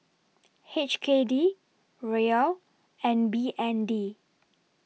H K D Riel and B N D